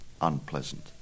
unpleasant